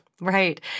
Right